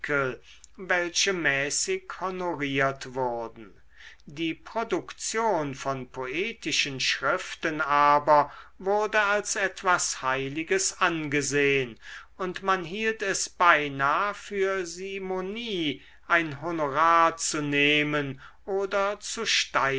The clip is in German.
welche mäßig honoriert wurden die produktion von poetischen schriften aber wurde als etwas heiliges angesehn und man hielt es beinah für simonie ein honorar zu nehmen oder